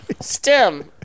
STEM